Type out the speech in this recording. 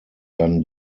dann